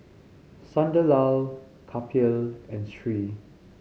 Sunderlal Kapil and Hri